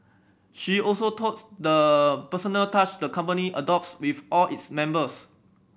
she also touts the personal touch the company adopts with all its members